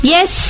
Yes